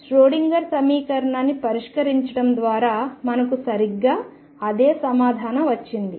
Schrodinger సమీకరణాన్ని పరిష్కరించడం ద్వారా మనకు సరిగ్గా అదే సమాధానం వచ్చింది